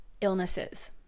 illnesses